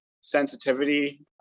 sensitivity